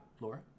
Laura